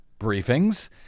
briefings